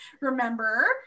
Remember